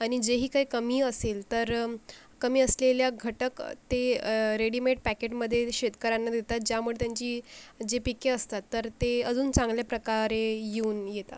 आणि जेही काही कमी असेल तर कमी असलेल्या घटक ते रेडिमेड पॅकेटमध्ये शेतकऱ्यांना देतात कारण त्यामुळे त्यांची जी पिके असतात तर ते अजून चांगल्या प्रकारे येऊन येतात